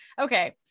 Okay